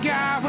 God